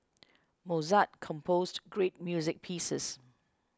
Mozart composed great music pieces